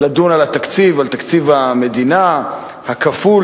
לדון על תקציב המדינה הכפול.